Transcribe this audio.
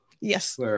Yes